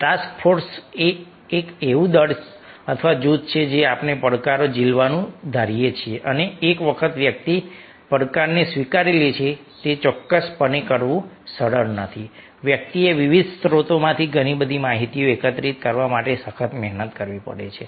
task force એ એક એવું દળ અથવા જૂથ છે જે આપણે પડકારો ઝીલવાનું ધારીએ છીએ અને એક વખત વ્યક્તિ પડકારને સ્વીકારી લે છે તે ચોક્કસપણે કરવું સરળ નથી વ્યક્તિએ વિવિધ સ્રોતોમાંથી ઘણી બધી માહિતી એકત્રિત કરવા માટે સખત મહેનત કરવી પડે છે